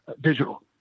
digital